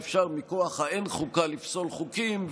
ואפשר מכוח האין-חוקה לפסול חוקים,